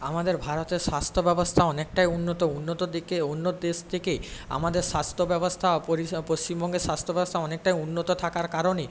আমাদের ভারতে স্বাস্থ্য ব্যবস্থা অনেকটাই উন্নত উন্নত দিকে অন্য দেশ থেকে আমাদের স্বাস্থ্য ব্যবস্থা পরিষেবা পশ্চিমবঙ্গে স্বাস্থ্য ব্যবস্থা অনেকটাই উন্নত থাকার কারণে